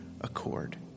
accord